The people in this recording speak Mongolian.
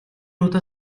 удаа